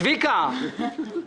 צביקה,